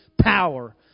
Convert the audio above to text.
power